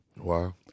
Wow